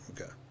okay